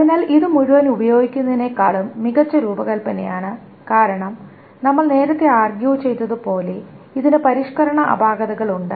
അതിനാൽ ഇത് മുഴുവൻ ഉപയോഗിക്കുന്നതിനേക്കാളും മികച്ച രൂപകൽപ്പനയാണ് കാരണം നമ്മൾ നേരത്തെ ആർഗ്യു ചെയ്തത് പോലെ ഇതിന് പരിഷ്ക്കരണ അപാകതകൾ ഉണ്ട്